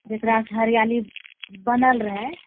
जकरासँ हरियाली बनल रहए